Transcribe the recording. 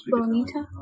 Bonita